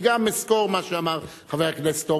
אני גם אזכור מה שאמר חבר הכנסת הורוביץ.